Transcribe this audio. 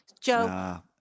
Joe